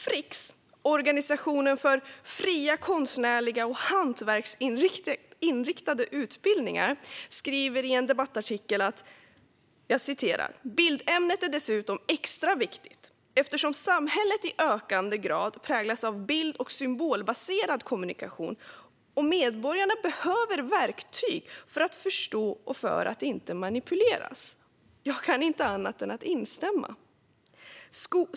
Friks, organisationen för fria konstnärliga och hantverksinriktade utbildningar, skriver i en debattartikel: "Bildämnet är dessutom extra viktigt eftersom samhället i ökande grad präglas av bild och symbolbaserad kommunikation och medborgarna behöver verktyg för att förstå och för att inte manipuleras." Jag kan inte annat än instämma.